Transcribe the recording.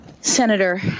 Senator